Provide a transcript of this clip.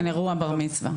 כן, אירוע בר מצווה.